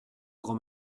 grand